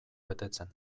betetzen